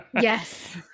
yes